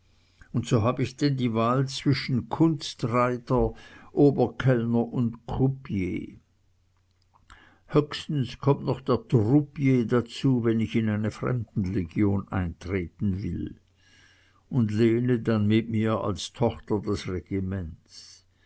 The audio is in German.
und so hab ich denn die wahl zwischen kunstreiter oberkellner und croupier höchstens kommt noch der troupier hinzu wenn ich in eine fremdenlegion eintreten will und lene dann mit mir als tochter des regiments